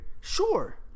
Sure